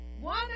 One